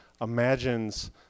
imagines